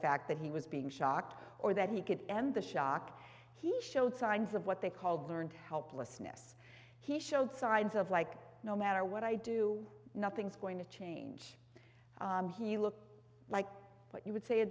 fact that he was being shocked or that he could end the shock he showed signs of what they called learned helplessness he showed signs of like no matter what i do nothing's going to change he looked like what you would say a